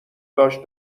داشت